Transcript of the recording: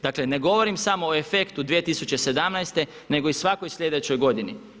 Dakle ne govorim samo o efektu 2017. nego i svakoj sljedećoj godini.